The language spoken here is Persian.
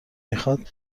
میخواد